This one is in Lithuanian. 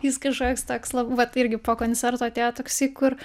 jis kažkoks toks lab vat irgi po koncerto atėjo toksai kur